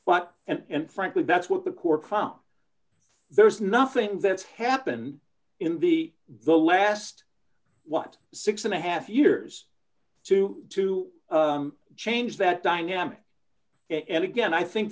but and frankly that's what the court there's nothing that's happened in the the last what six and a half years to to change that dynamic and again i think